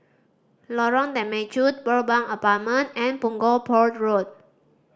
Lorong Temechut Pearl Bank Apartment and Punggol Port Road